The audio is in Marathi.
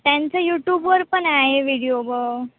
त्यांचं यूटूबवर पण आहे विडियो ब